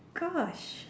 gosh